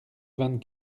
vingt